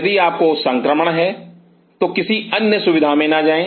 यदि आपको संक्रमण है तो किसी अन्य सुविधा में ना जाएं